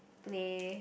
today